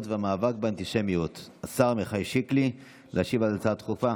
והמאבק באנטישמיות השר עמיחי שיקלי להשיב על ההצעה הדחופה.